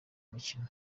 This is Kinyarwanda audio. mikino